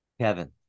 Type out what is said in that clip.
Kevin